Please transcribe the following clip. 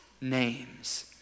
name's